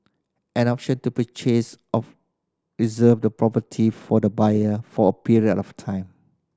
an option to purchase of reserve the property for the buyer for a period of time